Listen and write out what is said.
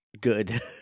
Good